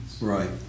Right